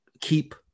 keep